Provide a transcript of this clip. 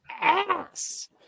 ass